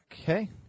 Okay